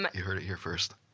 but you heard it here first.